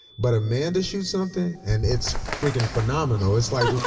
but amanda shoots something, and it's freaking phenomenal. it's like, and